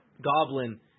Goblin